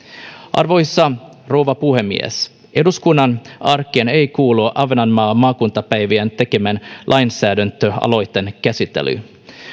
arvoisa rouva puhemies eduskunnan arkeen ei kuulu ahvenanmaan maakuntapäivien tekemän lainsäädäntöaloitteen käsittely